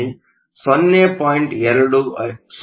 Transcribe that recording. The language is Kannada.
205 ಎಲೆಕ್ಟ್ರಾನ್ ವೋಲ್ಟ್ಗಳಾಗಿವೆ